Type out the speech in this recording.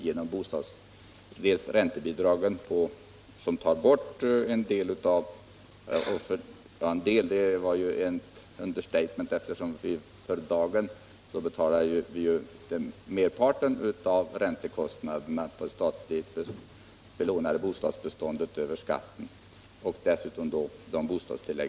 Genom räntebidragen betalar vi ju i dag merparten av räntekostnaderna på det statligt belånade bostadsbeståndet över skatten, och dessutom utgår det bostadstillägg.